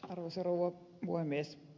arvoisa rouva puhemies